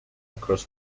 across